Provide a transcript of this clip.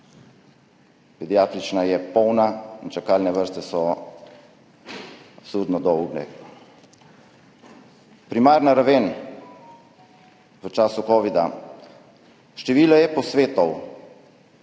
Pediatrična je polna in čakalne vrste so absurdno dolge. Primarna raven v času covida. Število e-posvetov,